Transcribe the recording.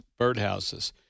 birdhouses